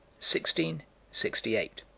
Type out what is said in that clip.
sixteen sixty eight